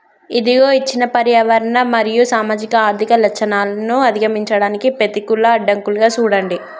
ఇదిగో ఇచ్చిన పర్యావరణ మరియు సామాజిక ఆర్థిక లచ్చణాలను అధిగమించడానికి పెతికూల అడ్డంకులుగా సూడండి